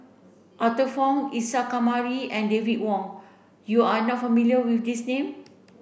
Arthur Fong Isa Kamari and David Wong you are not familiar with these name